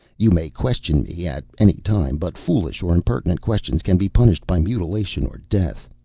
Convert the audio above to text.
you may question me at anytime but foolish or impertinent questions can be punished by mutilation or death.